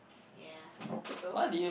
ya so